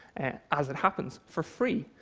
as it happens, for free.